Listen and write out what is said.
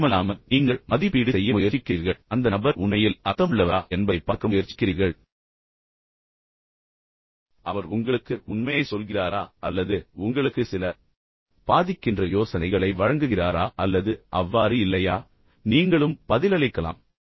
அது மட்டுமல்லாமல் நீங்கள் மதிப்பீடு செய்ய முயற்சிக்கிறீர்கள் அந்த நபர் உண்மையில் அர்த்தமுள்ளவரா என்பதைப் பார்க்க முயற்சிக்கிறீர்கள் அவர் உண்மையில் உங்களுக்கு உண்மையைச் சொல்கிறாரா அல்லது உண்மையில் உங்களுக்கு சில உண்மையான பாதிக்கின்ற யோசனைகளை வழங்குகிறாரா அல்லது அது அவ்வாறு இல்லையா பின்னர் நீங்களும் பதிலளிக்கலாம்